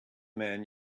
man